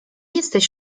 jesteś